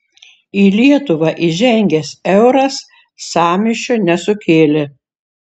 į lietuvą įžengęs euras sąmyšio nesukėlė